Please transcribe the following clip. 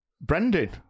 Brendan